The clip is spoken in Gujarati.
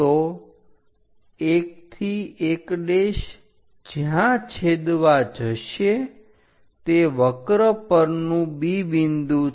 તો 1 થી 1 જ્યાં છેદવા જશે તે વક્ર પરનું B બિંદુ છે